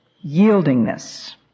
Yieldingness